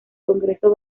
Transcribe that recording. congreso